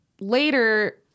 later